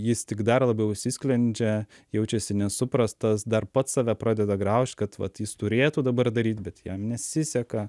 jis tik dar labiau užsisklendžia jaučiasi nesuprastas dar pats save pradeda graužt kad vat jis turėtų dabar daryt bet jam nesiseka